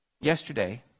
Yesterday